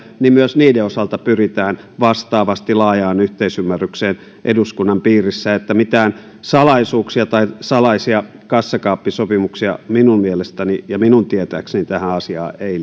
niiden osalta pyritään vastaavasti laajaan yhteisymmärrykseen eduskunnan piirissä mitään salaisuuksia tai salaisia kassakaappisopimuksia minun mielestäni ja minun tietääkseni tähän asiaan ei